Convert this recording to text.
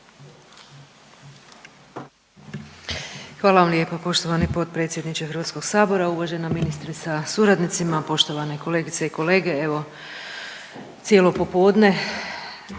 Hvala vam lijepa poštovani potpredsjedniče HS-a. Uvažena ministrice sa suradnicima, poštovane kolegice i kolege. Evo cijelo popodne